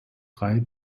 drei